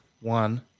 One